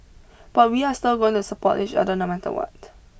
but we are still going to support each other no matter what